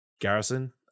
garrison